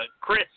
Chris